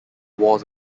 wars